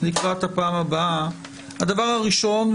לקראת הפעם הבאה הדבר הראשון,